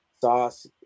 Sauce